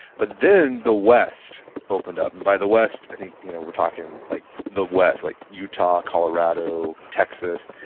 but then the west opened up, and by the west i think you know we're talking like the west, like utah, colorado, texas.